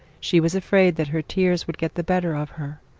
she was afraid that her tears would get the better of her,